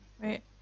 Right